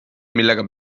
millega